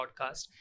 podcast